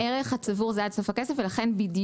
הערך הצבור הוא עד סוף הכסף.